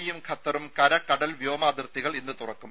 E യും ഖത്തറും കര കടൽ വ്യോമ അതിർത്തികൾ ഇന്ന് തുറക്കും